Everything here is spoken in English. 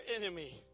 enemy